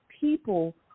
people